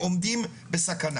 עומדים בסכנה.